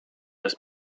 jest